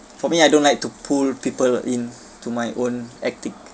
for me I don't like to pull people in to my own ethic